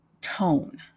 tone